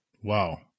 Wow